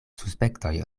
suspektoj